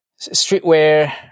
streetwear